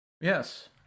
Yes